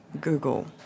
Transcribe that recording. Google